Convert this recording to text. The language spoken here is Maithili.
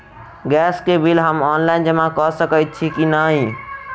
गैस केँ बिल हम ऑनलाइन जमा कऽ सकैत छी की नै?